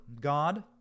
God